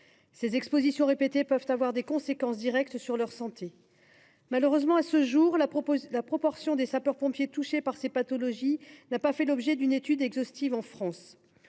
ces expositions répétées pouvant emporter des conséquences directes sur leur santé. À ce jour, la proportion des sapeurs pompiers touchés par ces pathologies n’a, hélas ! pas fait l’objet d’une étude exhaustive en France.